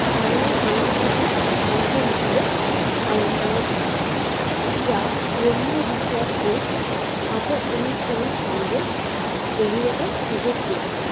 স্থানীয় সাংস্কৃতিক অংশ হিসেবে পালন করা যায় যা ধর্মীয় বিষয় ও আচার অনুষ্ঠানের সঙ্গে গভীরতার সুযোগ পেয়েছে